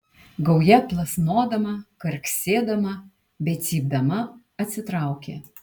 gauja plasnodama karksėdama bei cypdama atsitraukė